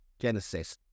Genesis